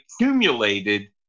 accumulated